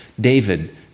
David